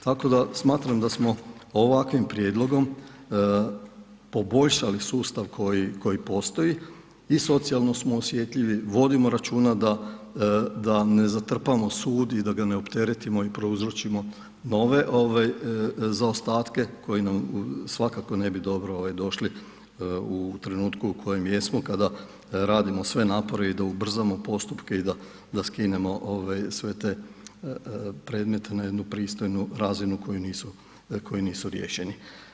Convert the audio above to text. Tako da smatram da smo ovakvim prijedlogom poboljšali sustav koji postoji i socijalno smo osjetljivi, vodimo računa da ne zatrpamo sud i da ga ne opteretimo i prouzročimo nove ove zaostatke koji nam svakako ne bi dobro došli u trenutku u kojem jesmo kada radimo sve napore i da ubrzamo postupke i da skinemo ovaj sve te predmete na jednu pristojnu razinu koji nisu riješeni.